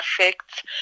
affects